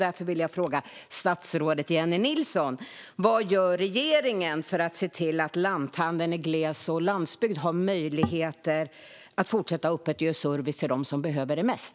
Därför vill jag fråga statsrådet Jennie Nilsson vad regeringen gör för att se till att lanthandeln i gles och landsbygd har möjligheter att fortsätta ha öppet och ge service till dem som behöver det mest.